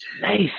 nice